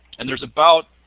and there is about